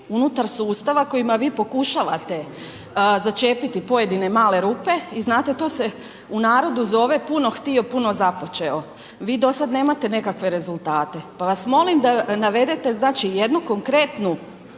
unutar sustava kojima vi pokušavate začepiti pojedine male rupe i znate to se u narodu zove puno htio, puno započeo. Vi do sada nemate nekakve rezultate. Pa vas molim da navedete znači jednu konkretnu